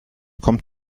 kommt